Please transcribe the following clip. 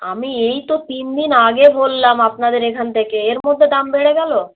আমি এই তো তিনদিন আগে ভরলাম আপনাদের এখান থেকে এর মধ্যে দাম বেড়ে গেলো